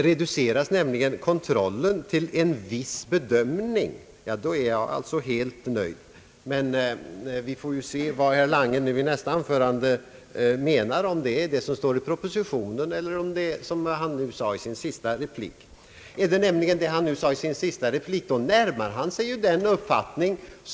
Reduceras nämligen kontrollen till en viss bedömning, då är jag helt nöjd. Men vi får ju höra vad herr Lange säger i nästa anförande — om det blir vad som står i propositionen eller vad han nu sade i sin senaste replik. Menar han det som sades i den repliken närmar han sig ju vår uppfattning.